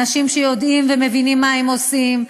אנשים שיודעים ומבינים מה הם עושים.